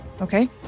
Okay